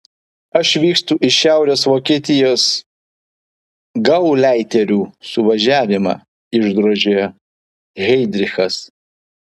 aš vykstu į šiaurės vokietijos gauleiterių suvažiavimą išdrožė heidrichas